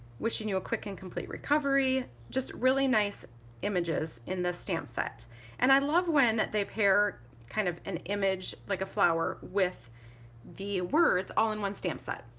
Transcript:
wishing you a quick and complete recovery. just really nice images in this stamp set and i love when they pair kind of an image like a flower with the words all in one stamp set,